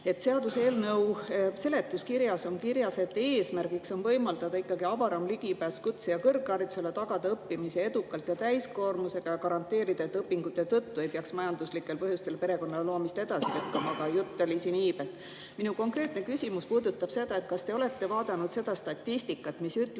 Seaduseelnõu seletuskirjas on kirjas, et eesmärk on võimaldada ikkagi avaram ligipääs kutse- ja kõrgharidusele, tagada õppimine edukalt ja täiskoormusega, samuti garanteerida, et õpingute tõttu ei peaks majanduslikel põhjustel perekonna loomist edasi lükkama. Aga jutt oli siin iibest. Minu konkreetne küsimus puudutab seda. Kas te olete vaadanud statistikat, mis ütleb,